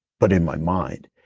but in my mind.